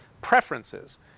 preferences